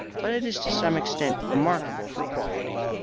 but it is to some extent remarkable for quality.